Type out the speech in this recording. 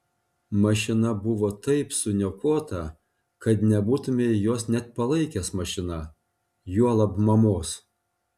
mašina buvo taip suniokota kad nebūtumei jos net palaikęs mašina juolab mamos